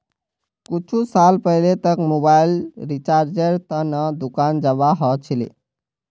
कुछु साल पहले तक मोबाइल रिचार्जेर त न दुकान जाबा ह छिले